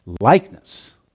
likeness